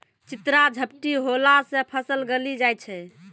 चित्रा झपटी होला से फसल गली जाय छै?